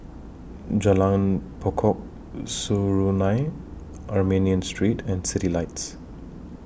Jalan Pokok Serunai Armenian Street and Citylights